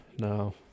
no